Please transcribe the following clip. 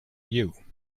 you